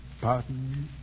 pardon